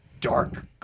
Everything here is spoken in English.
dark